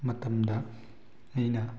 ꯃꯇꯝꯗ ꯑꯩꯅ